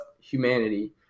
humanity